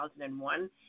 2001